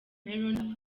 meron